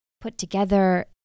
put-together